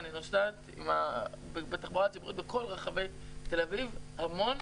ואני נוסעת בתחבורה הציבורית בכל רחבי תל אביב המון.